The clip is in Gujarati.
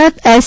ગુજરાત એસ